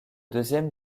deuxième